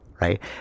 Right